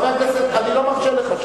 חבר הכנסת, אני לא מרשה לך.